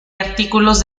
artículos